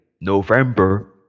November